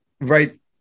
right